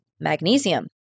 Magnesium